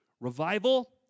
Revival